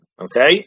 okay